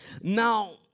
Now